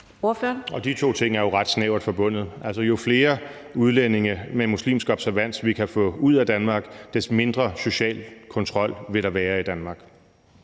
De to ting er jo ret snævert forbundet. Altså, jo flere udlændinge med muslimsk observans vi kan få ud af Danmark, des mindre social kontrol vil der være i Danmark.